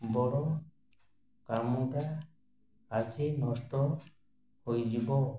ବଡ଼ କାମୁଟା ଆଜି ନଷ୍ଟ ହୋଇଯିବ